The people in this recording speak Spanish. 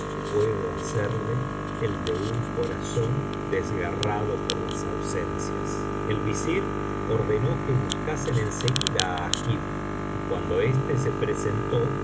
puedo hacerle el de un corazón desgarrado por las ausencias el visir ordenó que buscasen eh seguida á agib y cuando éste se presentó